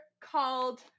called